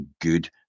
good